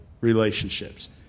relationships